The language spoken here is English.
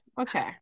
Okay